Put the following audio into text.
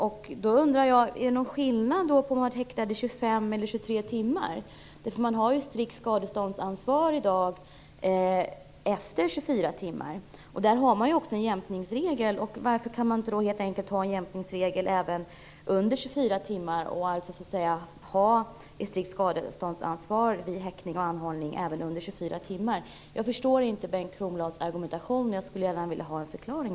Jag undrar därför om det är någon skillnad mellan att vara häktad i 25 timmar och att vara häktad i 23 timmar. I dag gäller ju ett strikt skadeståndsansvar efter 24 timmar. Där finns också en jämkningsregel. Varför kan man då inte ha en jämkningsregel även om det handlar om mindre än 24 timmar och alltså så att säga ha ett strikt skadeståndsansvar vid häktning och anhållande även när det är under 24 timmar? Jag förstår alltså inte Bengt Kronblads argumentation och skulle gärna vilja ha en förklaring.